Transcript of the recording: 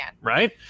Right